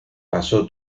pasó